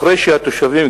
אחרי שהתושבים,